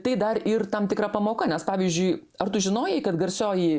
tai dar ir tam tikra pamoka nes pavyzdžiui ar tu žinojai kad garsioji